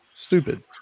stupid